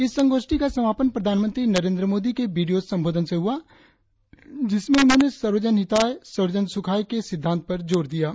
इस संगोष्ठी का समापन प्रधानमंत्री नरेंद्र मोदी के वीडियों संबोधन से हुआ जिसमें उन्होंने सर्वजन हिताय सर्वजन सुखाय के सिद्धांत पर जोर दिया है